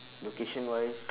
location-wise